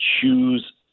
choose